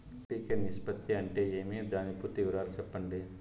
NPK నిష్పత్తి అంటే ఏమి దాని పూర్తి వివరాలు సెప్పండి?